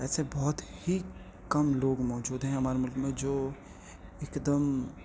ایسے بہت ہی کم لوگ موجود ہیں ہمارے ملک میں جو ایک دم